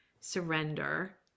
Surrender